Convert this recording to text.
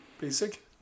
basic